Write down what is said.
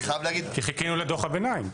כי חיכינו לדוח הביניים.